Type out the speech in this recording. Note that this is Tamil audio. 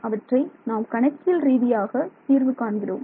அவற்றை நாம் கணக்கியல் ரீதியாக தீர்வு காண்கிறோம்